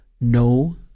no